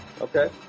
Okay